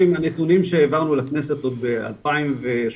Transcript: הנתונים שהעברנו לכנסת עוד ב-2018,